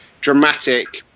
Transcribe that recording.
dramatic